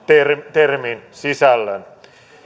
termin sisällön